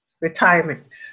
retirement